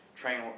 train